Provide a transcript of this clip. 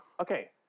okay